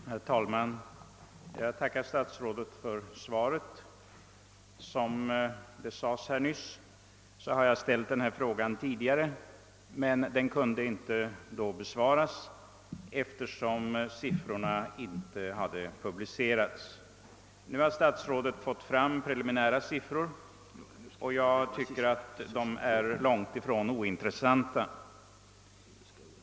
Herr talman! Jag tackar statsrådet för svaret. Som han nämnde har jag ställt samma fråga tidigare, men den kunde inte då besvaras, eftersom siffrorna inte hade publicerats. Nu har statsrådet fått fram preliminära uppgifter, och de är enligt min mening långt ifrån ointressanta.